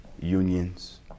unions